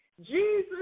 Jesus